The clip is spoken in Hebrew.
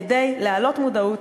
כדי להעלות מודעות